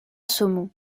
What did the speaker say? saumons